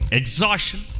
exhaustion